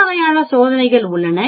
பல வகையான சோதனைகள் உள்ளன